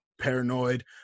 paranoid